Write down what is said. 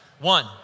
one